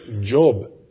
Job